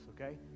okay